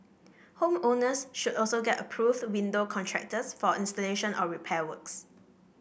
home owners should also get approved window contractors for installation or repair works